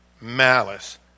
malice